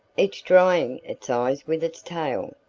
each drying its eyes with its tail.